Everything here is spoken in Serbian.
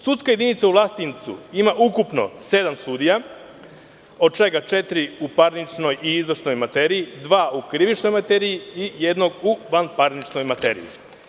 Sudska jedinica u Vlasotincu ima ukupno sedam sudija, od čega četiri u parničnoj i izvršnoj materiji, dva u krivičnoj materiji i jednog u vanparničnoj materiji.